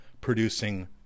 producing